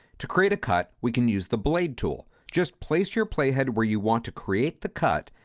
to create a cut, we can use the blade tool, just place your play head where you want to create the cut,